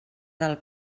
del